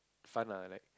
fun lah like